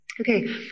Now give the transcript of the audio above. Okay